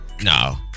No